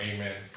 Amen